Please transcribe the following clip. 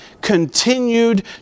continued